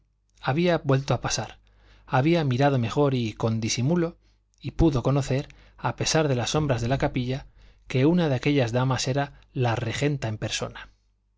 había vuelto a pasar había mirado mejor y con disimulo y pudo conocer a pesar de las sombras de la capilla que una de aquellas damas era la regenta en persona